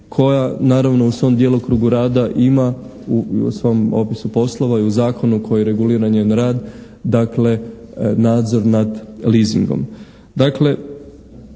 koja naravno u svom djelokrugu rada ima, u svom opisu poslova i u zakonu koji regulira njen rad, dakle nadzor nad leasingom.